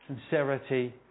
sincerity